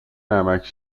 نمکـ